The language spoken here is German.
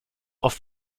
oft